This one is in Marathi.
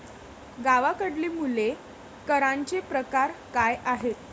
गावाकडली मुले करांचे प्रकार काय आहेत?